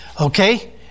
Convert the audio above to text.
Okay